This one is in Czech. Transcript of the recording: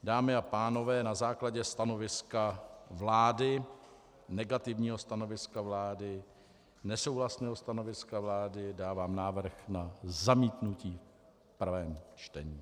Dámy a pánové, na základě stanoviska vlády, negativního stanoviska vlády, nesouhlasného stanoviska vlády, dávám návrh na zamítnutí v prvém čtení.